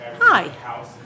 hi